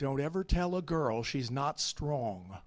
don't ever tell a girl she's not strong